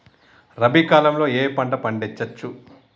రబీ కాలంలో ఏ ఏ పంట పండించచ్చు?